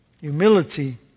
Humility